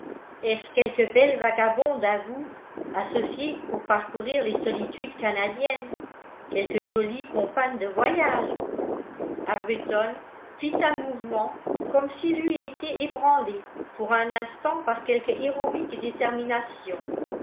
est-ce quelque belle vagabonde à vous associée pour parcourir les solitudes canadiennes quelque jolie compagne de voyage arbuton fit un mouvement comme s'il eût été ébranlé pour un instant par quelque héroïque détermination